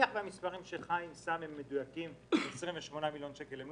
אם מדובר ב-28,30 מיליון שקל תוספת למענק איזון,